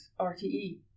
RTE